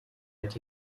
mit